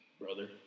Brother